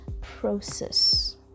process